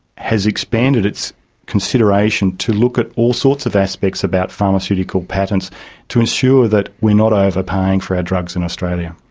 has expanded its consideration to look at all sorts of aspects about pharmaceutical patents to ensure that we are not overpaying for our drugs in australia.